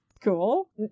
cool